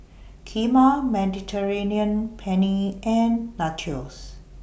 Kheema Mediterranean Penne and Nachos